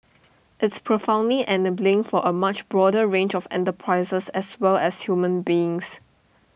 it's profoundly enabling for A much broader range of enterprises as well as human beings